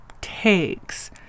takes